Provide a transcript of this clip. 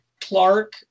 Clark